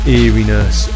eeriness